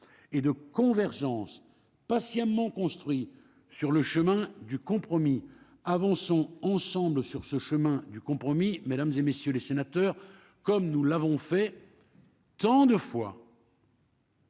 et de convergence patiemment construit sur le chemin du compromis avançons ensemble sur ce chemin du compromis, mesdames et messieurs les sénateurs, comme nous l'avons fait. Tant de fois.